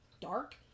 dark